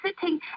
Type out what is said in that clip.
sitting